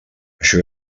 això